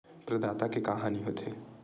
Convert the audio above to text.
प्रदाता के का हानि हो थे?